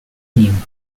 theme